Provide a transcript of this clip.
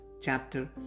chapter